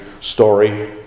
story